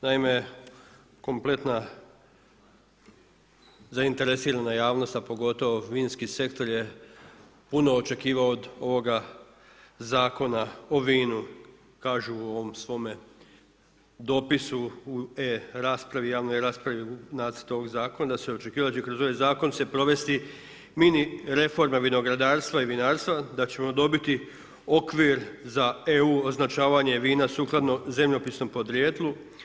Naime, kompletna zainteresirana javnost a pogotovo vinski sektor je puno očekivao od ovoga Zakona o vinu kažu u ovome svome dopisu u e-raspravi, u javnoj raspravi u nacrtu ovoga zakona da su očekivali da će kroz ovaj zakon se provesti mini reforma vinogradarstva i vinarstva, da ćemo dobiti okvir za EU označavanje vina sukladno zemljopisnom podrijetlu.